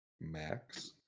Max